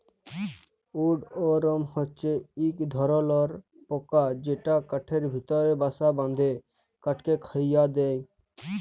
would worm হছে ইক ধরলর পকা যেট কাঠের ভিতরে বাসা বাঁধে কাঠকে খয়ায় দেই